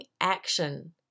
action